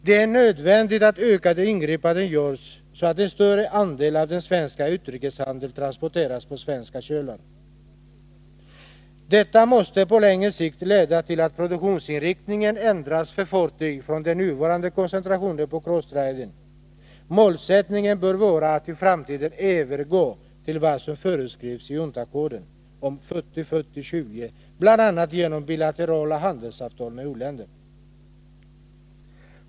Det är nödvändigt att ökade ingripanden görs, så att en större andel av den svenska utrikeshandeln transporteras på svenska kölar. Detta måste på längre sikt leda till att produktionsinriktningen när det gäller fartyg ändras från den nuvarande koncentrationen på s.k. cross-trading. Målsättningen bör vara att vi i framtiden skall övergå till vad som föreskrivs i UNCTAD koden om 40-40-20, bl.a. genom bilaterala handelsavtal med u-länder.